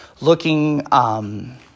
looking